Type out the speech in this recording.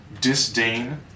disdain